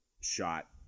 shot